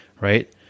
Right